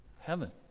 Heaven